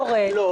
לא.